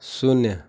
शून्य